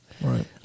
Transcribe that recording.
right